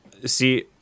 See